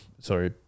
sorry